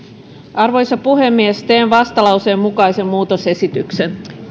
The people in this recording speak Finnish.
arvoisa puhemies teen vastalauseen mukaisen muutosesityksen